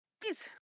Please